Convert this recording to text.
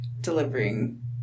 delivering